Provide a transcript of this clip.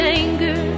anger